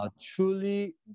Truly